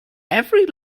every